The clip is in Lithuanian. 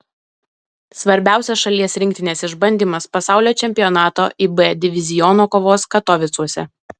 svarbiausias šalies rinktinės išbandymas pasaulio čempionato ib diviziono kovos katovicuose